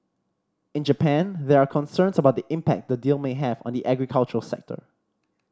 in Japan there are concerns about the impact the deal may have on the agriculture sector